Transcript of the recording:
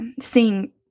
seeing